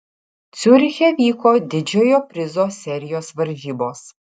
ciuriche vyko didžiojo prizo serijos varžybos